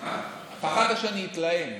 פחדת שאני אתלהם.